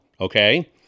okay